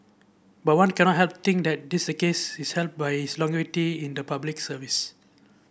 but one cannot help think that this case is helped by his longevity in the Public Service